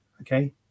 Okay